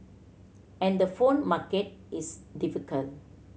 and the phone market is difficult